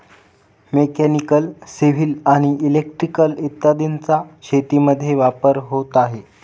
mechanical, civil आणि electrical इत्यादींचा शेतीमध्ये वापर होत आहे